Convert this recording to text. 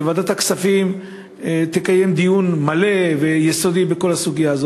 שוועדת הכספים תקיים דיון מלא ויסודי בכל הסוגיה הזאת,